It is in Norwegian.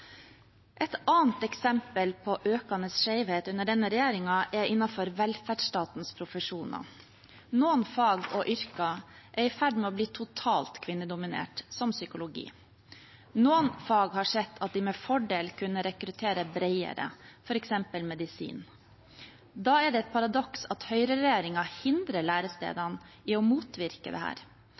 Et annet eksempel på økende skjevhet under denne regjeringen er innenfor velferdsstatens profesjoner. Noen fag og yrker er i ferd med å bli totalt kvinnedominert, som psykologi. Innen noen fag har man sett at man med fordel kunne rekruttere bredere, f.eks. medisin. Da er det et paradoks at Høyre-regjeringen hindrer lærestedene i å motvirke